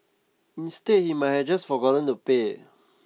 instead he might have just forgotten to pay